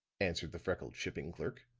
answered the freckled shipping clerk.